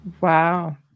wow